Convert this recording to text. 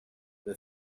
the